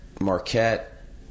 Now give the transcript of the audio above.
Marquette